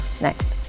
next